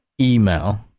email